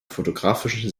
fotografischen